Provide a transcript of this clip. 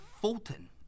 Fulton